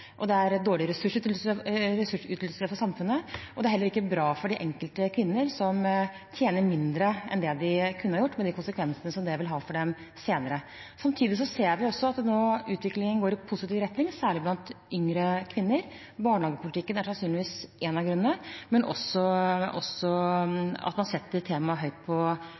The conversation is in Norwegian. Det er dårlig ressursutnyttelse for samfunnet, og det er heller ikke bra for de enkelte kvinnene, som tjener mindre enn det de kunne ha gjort, og med de konsekvensene det vil ha for dem senere. Samtidig ser vi at utviklingen nå går i positiv retning, særlig blant yngre kvinner. Barnehagepolitikken er sannsynligvis én av grunnene, men også det at man setter temaet høyt på